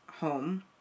home